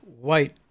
white